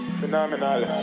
phenomenal